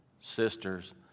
sisters